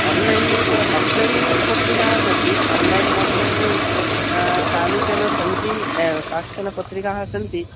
online offline पत्रिकाः सन्ति online मध्ये कानिचन सन्ति एवं काश्चन पत्रिकाः सन्ति